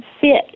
fit